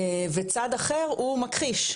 וצד אחר הוא מכחיש,